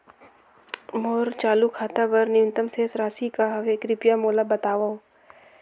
मोर चालू खाता बर न्यूनतम शेष राशि का हवे, कृपया मोला बतावव